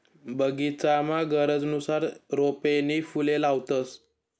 बगीचामा गरजनुसार रोपे नी फुले लावतंस